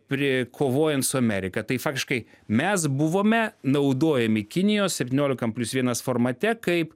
pri kovojant su amerika tai faktiškai mes buvome naudojami kinijos septiniolikam plius vienas formate kaip